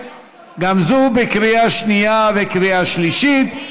גם זו בקריאה שנייה וקריאה שלישית.